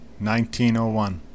1901